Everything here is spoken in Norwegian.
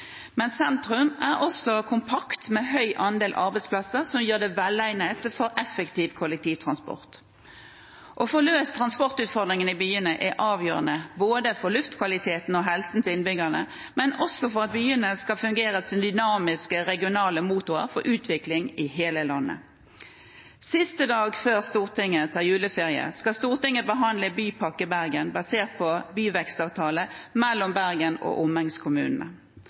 men sentrum er også kompakt og har en høy andel arbeidsplasser, noe som gjør det velegnet for effektiv kollektivtransport. Å få løst transportutfordringen i byene er avgjørende, ikke bare for luftkvaliteten og helsen til innbyggerne, men også for at byene skal fungere som dynamiske regionale motorer for utvikling i hele landet. Siste dag før Stortinget tar juleferie, skal Stortinget behandle Bypakke Bergen, basert på byvekstavtalen mellom Bergen og